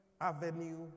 avenue